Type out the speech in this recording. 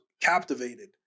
captivated